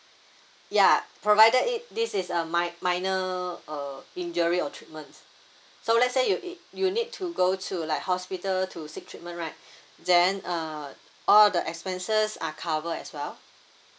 ya provided it this is a min~ minor uh injury or treatments so let's say you it you need to go to like hospital to seek treatment right then uh all the expenses are cover as well